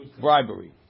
bribery